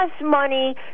money